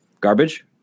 garbage